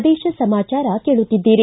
ಪ್ರದೇಶ ಸಮಾಚಾರ ಕೇಳುತ್ತಿದ್ದೀರಿ